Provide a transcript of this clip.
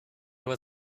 was